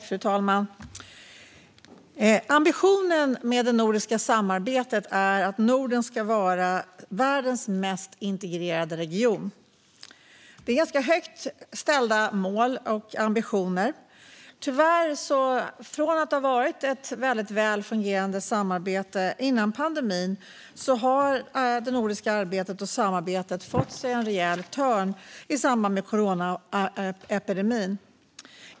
Fru talman! Ambitionen med det nordiska samarbetet är att Norden ska vara världens mest integrerade region. Det handlar om ganska högt ställda mål och ambitioner. Tyvärr fick sig det nordiska arbetet och samarbetet, som var väldigt väl fungerande före coronapandemin, en rejäl törn i samband med den.